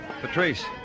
Patrice